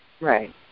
Right